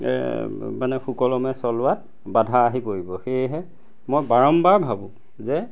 এ মানে সুকলমে চলোৱাত বাধা আহি পৰিব সেয়েহে মই বাৰম্বাৰ ভাবোঁ যে